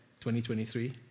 2023